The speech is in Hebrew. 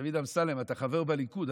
דוד אמסלם, אתה חבר בליכוד.